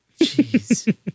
Jeez